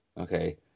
Okay